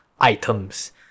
items